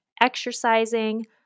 exercising